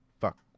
fuck